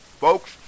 folks